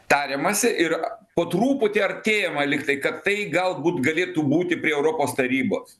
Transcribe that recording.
tariamasi ir po truputį artėjama lygtai kad tai galbūt galėtų būti prie europos tarybos